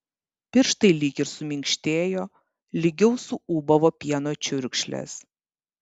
pirštai lyg ir suminkštėjo lygiau suūbavo pieno čiurkšlės